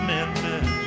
Memphis